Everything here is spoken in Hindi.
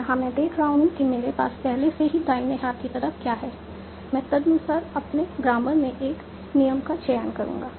यहां मैं देख रहा हूं कि मेरे पास पहले से ही दाहिने हाथ की तरफ क्या है मैं तदनुसार अपने ग्रामर में एक नियम का चयन करूंगा